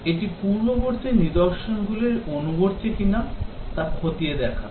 এটি পূর্ববর্তী নিদর্শনগুলির অনুবর্তী কিনা তা খতিয়ে দেখা